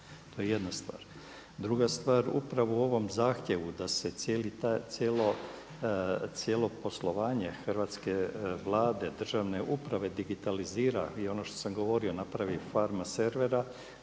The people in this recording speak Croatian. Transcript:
To je jedna stvar. Druga stvar, upravo u ovom zahtjevu da se cijelo poslovanje hrvatske Vlade, državne uprave digitalizira i ono što sam govorio napravi farma servera,